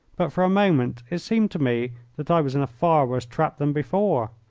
but for a moment it seemed to me that i was in a far worse trap than before.